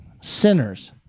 sinners